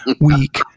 week